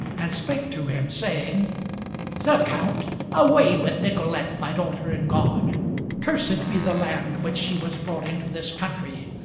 and spake to him, saying sir count away with nicolete thy daughter in god cursed be the land whence she was brought into this country,